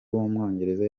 w’umwongereza